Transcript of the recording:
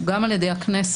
גם על ידי הכנסת,